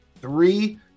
Three